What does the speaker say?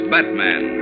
Batman